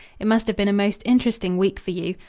it must have been a most interesting week for you.